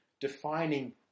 defining